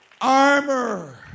armor